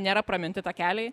nėra praminti takeliai